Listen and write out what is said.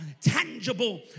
tangible